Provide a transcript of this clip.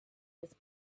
his